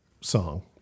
song